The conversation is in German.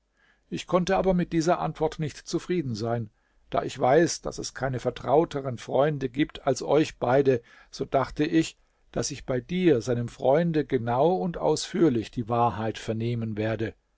ich konnte aber mit dieser antwort nicht zufrieden sein da ich weiß daß es keine vertrauteren freunde gibt als euch beide so dachte ich daß ich bei dir seinem freunde genau und ausführlich die wahrheit vernehmen werde